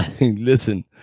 listen